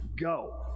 go